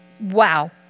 Wow